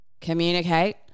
communicate